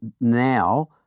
now